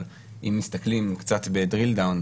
אבל אם מסתכלים קצת ב-drill down,